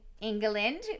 England